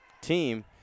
team